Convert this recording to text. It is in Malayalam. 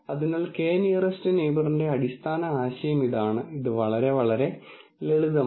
അതിനാൽ k നിയറെസ്റ് നെയിബറിന്റെ അടിസ്ഥാന ആശയം ഇതാണ് ഇത് വളരെ വളരെ ലളിതമാണ്